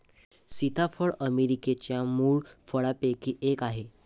सीताफळ अमेरिकेच्या मूळ फळांपैकी एक आहे